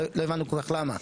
לא הבנו כל כך למה.